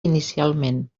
inicialment